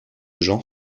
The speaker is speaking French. genre